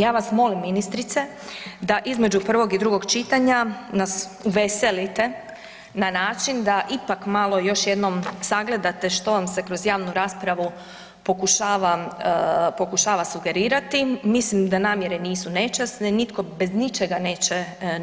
Ja vas molim ministrice, da između prvog i drugog čitanja nas uveselite na način da ipak malo još jednom sagledate što vam se kroz javnu raspravu pokušava sugerirati, mislim da namjere nisu nečasne, nitko bez ničega